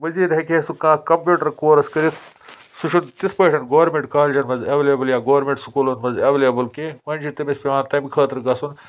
مٔزیٖد ہیٚکہِ ہے سُہ کا کَمپیوٗٹر کورس کٔرِتھ سُہ چھُنہٕ تِتھ پٲٹھۍ گورمیٚنٛٹ کالجَن منٛز ایٚولیبٕل یا گورمیٚنٛٹ سکوٗلَن منٛز ایٚولیبٕل کینٛہہ وۄنۍ چھِ تٔمِس پیٚوان تَمہِ خٲطر گژھُن